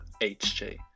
hj